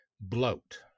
bloat